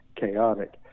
chaotic